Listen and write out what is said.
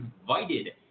invited